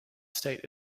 state